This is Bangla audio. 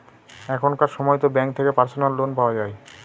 এখনকার সময়তো ব্যাঙ্ক থেকে পার্সোনাল লোন পাওয়া যায়